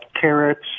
carrots